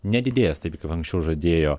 nedidės taip kaip anksčiau žadėjo